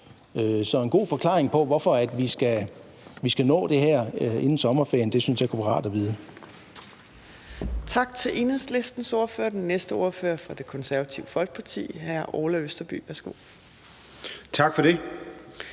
Så en god forklaring på, hvorfor vi skal nå det her inden sommerferien, synes jeg ville være rart at få.